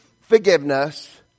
forgiveness